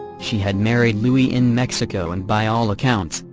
she had married louis in mexico and by all accounts,